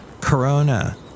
Corona